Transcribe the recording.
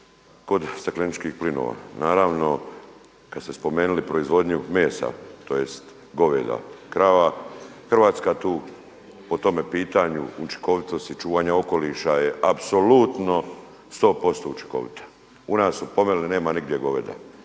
kod stakleničkih plinova. Naravno kada ste spomenuli proizvodnju mesa tj. goveda, krava Hrvatska tu po tome pitanju učinkovitosti čuvanja okoliša je apsolutno 100% učinkovita. U nas su pomeli nema nigde goveda.